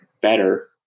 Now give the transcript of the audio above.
better